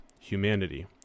humanity